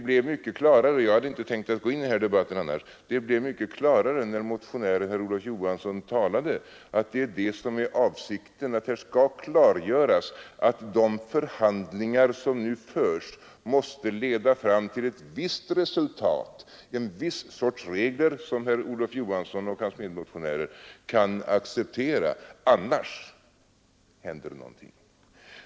När motionären herr Olof Johansson talade blev det mycket klarare — jag hade annars inte tänkt begära ordet i den här debatten — att avsikten är att det skall klargöras att de förhandlingar som nu förs måste leda fram till ett visst resultat, en viss sorts regler som herr Olof Johansson och hans medmotionärer kan acceptera, annars händer någonting.